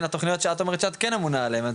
התכניות שאת אומרת שאת כן אמונה עליהם,